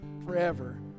forever